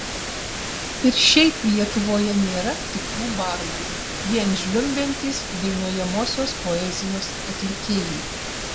ir šiaip lietuvoje nėra tikrų bardų vien žliumbiantys dainuojamosios poezijos atlikėjai